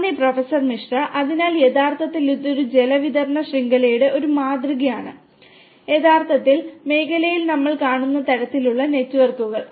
നന്ദി പ്രൊഫസർ മിശ്ര അതിനാൽ യഥാർത്ഥത്തിൽ ഇത് ഒരു ജലവിതരണ ശൃംഖലയുടെ ഒരു മാതൃകയാണ് യഥാർത്ഥ മേഖലയിൽ നമ്മൾ കാണുന്ന തരത്തിലുള്ള നെറ്റ്വർക്കുകൾ